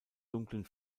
dunklen